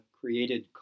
Created